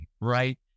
right